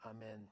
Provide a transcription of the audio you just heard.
Amen